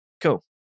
Cool